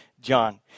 John